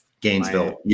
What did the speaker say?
Gainesville